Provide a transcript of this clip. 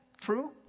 true